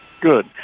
Good